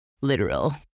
literal